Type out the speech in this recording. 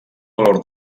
valor